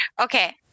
Okay